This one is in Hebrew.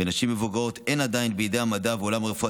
בנשים מבוגרות עדיין אין בידי המדע ועולם הרפואה